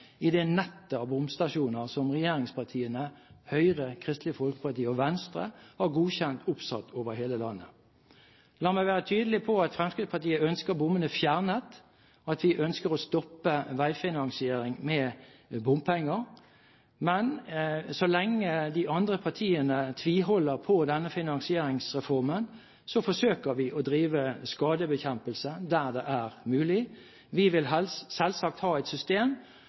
i det nettet av bomstasjoner som regjeringspartiene, Høyre, Kristelig Folkeparti og Venstre har godkjent oppsatt over hele landet. La meg være tydelig på at Fremskrittspartiet ønsker bommene fjernet, og at vi ønsker å stoppe veifinansiering med bompenger. Men så lenge de andre partiene tviholder på denne finansieringsreformen, forsøker vi å drive skadebekjempelse der det er mulig. Vi vil selvsagt ha et system